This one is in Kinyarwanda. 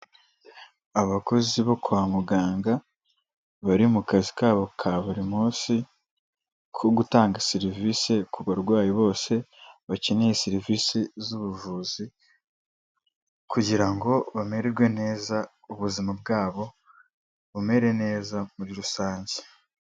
Abakozi bo kwa muganga bari mu kazi kabo ka buri munsi, ko gutanga serivisi ku barwayi bose bakeneye serivisi z'ubuvuzi, kugira ngo bamererwe neza ubuzima bwabo bumere neza muri rusange.